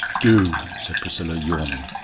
do, said priscilla, yawning.